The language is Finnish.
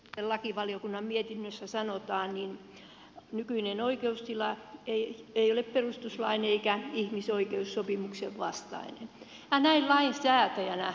kuten lakivaliokunnan mietinnössä sanotaan nykyinen oikeustila ei ole perustuslain eikä ihmisoikeussopimuksen vastainen